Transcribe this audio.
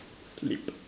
sleep